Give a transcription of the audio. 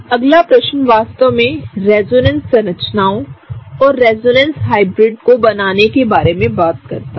अगला प्रश्न वास्तव में रेजोनेंस संरचनाओं और रेजोनेंस हाइब्रिडों को बनाने के बारे में बात करता है